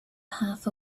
half